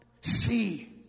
see